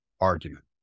argument